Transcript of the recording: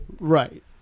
Right